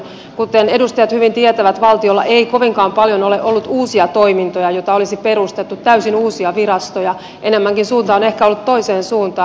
kuten edustajat hyvin tietävät valtiolla ei kovinkaan paljon ole ollut uusia toimintoja joita olisi perustettu täysin uusia virastoja enemmänkin suunta on ehkä ollut toiseen suuntaan